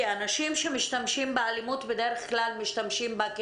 כי אנשים שמשתמשים באלימות בדרך כלל משתמשים בה כי